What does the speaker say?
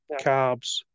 carbs